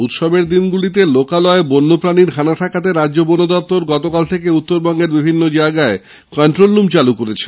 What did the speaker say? উৎসবের দিনগুলিতে লোকালয়ে বন্যপ্রানীর হানা ঠেকাতে রাজ্য বন দপ্তর গতকাল থেকে উত্তরবঙ্গের বিভিন্ন জায়গায় কট্টোল রুম চালু করেছে